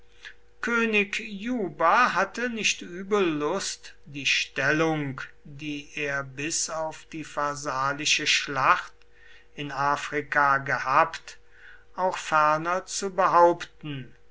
könig juba hatte nicht übel lust die stellung die er bis auf die pharsalische schlacht in afrika gehabt auch ferner zu behaupten